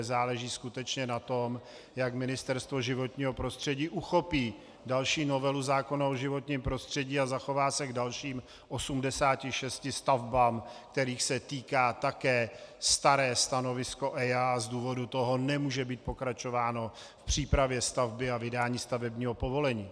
Záleží skutečně na tom, jak Ministerstvo životního prostředí uchopí další novelu zákona o životním prostředí a zachová se k dalším 86 stavbám, kterých se týká také staré stanovisko EIA, a z toho důvodu nemůže být pokračováno v přípravě stavby a vydání stavebního povolení.